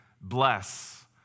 bless